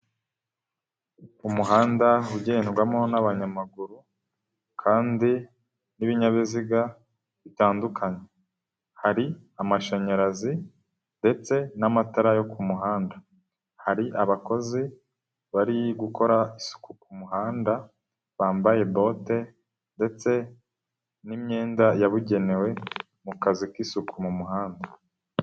Umuhanda ugendwamo n'abanyamaguru kandi n'ibinyabiziga bitandukanye, hari amashanyarazi ndetse n'amatara yo ku muhanda, hari abakozi bari gukora isuku ku muhanda bambaye bote ndetse n'imyenda yabugenewe mu kazi k'isuku mu muhanda.